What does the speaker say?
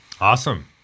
Awesome